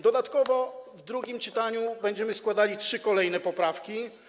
Dodatkowo w drugim czytaniu będziemy składali trzy kolejne poprawki.